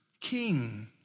king